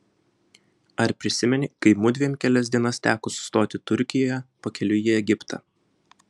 ar prisimeni kai mudviem kelias dienas teko sustoti turkijoje pakeliui į egiptą